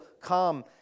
come